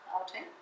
outing